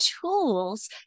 tools